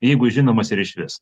jeigu žinomas ir išvis